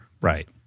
Right